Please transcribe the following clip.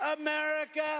America